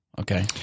okay